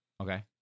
Okay